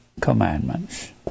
commandments